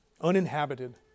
uninhabited